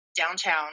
downtown